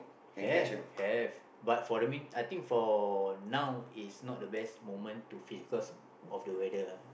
have have but for the mean I think for now is not the best moment to fish because of the weather ah